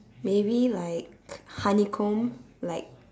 maybe like honeycomb like